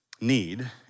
need